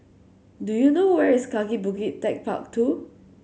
do you know where is Kaki Bukit Techpark Two